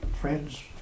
friends